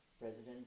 president